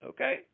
Okay